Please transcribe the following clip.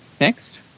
Next